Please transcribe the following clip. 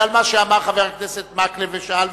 ועל מה שאמר חבר הכנסת מקלב ושאל.